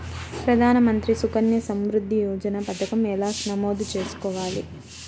ప్రధాన మంత్రి సుకన్య సంవృద్ధి యోజన పథకం ఎలా నమోదు చేసుకోవాలీ?